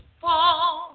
fall